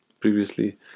previously